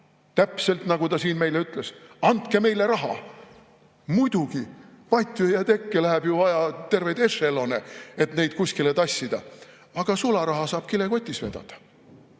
Täpselt nagu ta siin meile ütles. Andke meile raha! Muidugi, patjade ja tekkide jaoks läheb ju vaja terveid ešelone, et neid kuskile tassida, aga sularaha saab kilekotis